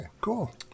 cool